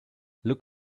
look